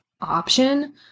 option